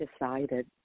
decided